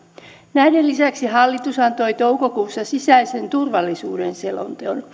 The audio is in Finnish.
näiden lisäksi hallitus antoi toukokuussa sisäisen turvallisuuden selonteon